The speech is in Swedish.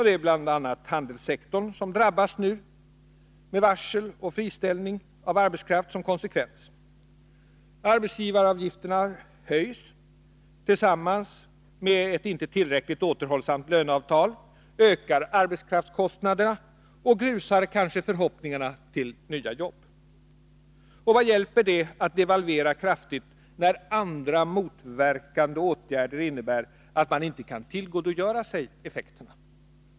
Det är bl.a. handelssektorn som nu drabbas, med varsel och friställning av arbetskraft som konsekvens. Arbetsgivaravgifterna höjs, vilket, tillsammans med ett inte tillräckligt återhållsamt löneavtal, ökar arbetskraftskostnaderna och kanske grusar förhoppningarna om nya jobb. Vad hjälper det att devalvera kraftigt, när andra, motverkande åtgärder innebär att man inte kan tillgodogöra sig effekterna?